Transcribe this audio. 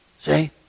See